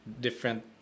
different